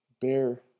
Bear